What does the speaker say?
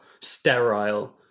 sterile